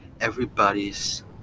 everybody's